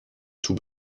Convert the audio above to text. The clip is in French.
tout